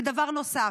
ודבר נוסף.